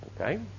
okay